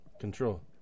Control